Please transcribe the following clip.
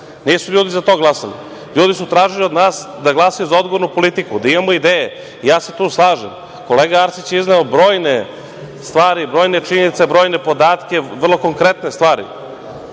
Nisu ljudi za to glasali. Ljudi su tražili od nas da glasaju za odgovornu politiku, da imamo ideje i ja se tu slažem. Kolega Arsić je izneo brojne stvari, brojne činjenice, brojne podatke, vrlo konkretne stvari,